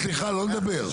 סליחה, לא לדבר.